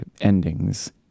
endings